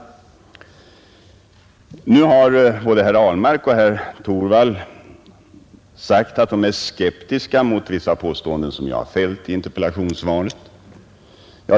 Nu har både herr Ahlmark och herr Torwald sagt att de är skeptiska mot vissa påståenden som jag har gjort i interpellationssvaret.